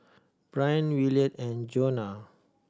Bryan Williard and Johanna